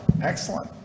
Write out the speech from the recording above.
Excellent